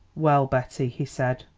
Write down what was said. well, betty, he said,